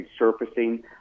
resurfacing